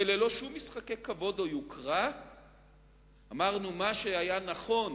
וללא שום משחקי כבוד או יוקרה אמרנו שמה שהיה נכון